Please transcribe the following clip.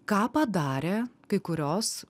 ką padarė kai kurios